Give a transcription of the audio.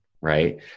right